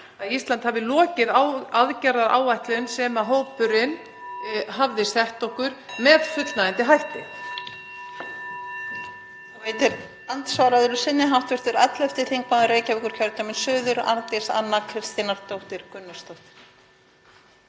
Ísland hefði lokið þeirri aðgerðaáætlun sem hópurinn hafði sett okkur með fullnægjandi hætti.